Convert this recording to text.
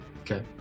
Okay